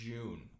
June